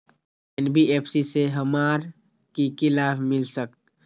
NBFC से हमार की की लाभ मिल सक?